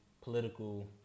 political